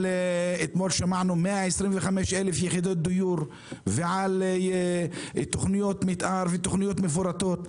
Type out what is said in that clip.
אתמול שמענו 125,000 יחידות דיור ותוכניות מתאר ותוכניות מפורטות.